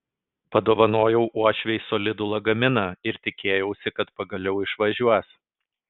padovanojau uošvei solidų lagaminą ir tikėjausi kad pagaliau išvažiuos